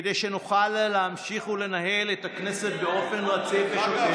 כדי שנוכל להמשיך לנהל את הכנסת באופן רציף ושוטף,